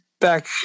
back